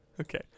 Okay